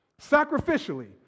sacrificially